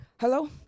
Hello